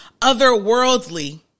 otherworldly